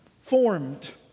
formed